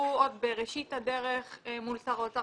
נסגרו עוד בראשית הדרך מול שר האוצר.